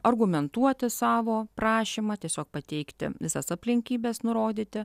argumentuoti savo prašymą tiesiog pateikti visas aplinkybes nurodyti